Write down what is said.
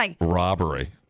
robbery